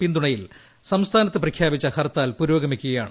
പിന്തുണയിൽ സംസ്ഥാനത്ത് പ്രഖ്യാപിച്ച ഹർത്താൽ പുരോഗമിക്കുകയാണ്